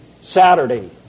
Saturday